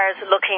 looking